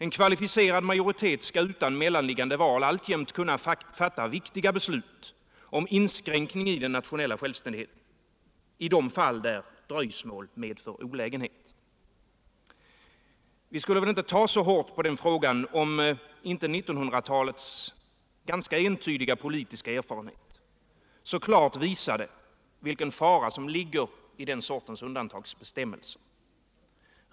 En kvalificerad majoritet skall utan mellanliggande val alltjämt kunna fatta viktiga beslut om inskränkning iden nationella självständigheten ide fall där dröjsmål medför olägenhet. Vi skulle inte ta så här hårt på frågan, om inte 1900-talets ganska entydiga politiska erfarenhet så klart visade vilken fara som ligger i den sortens undantagsbestämmelser.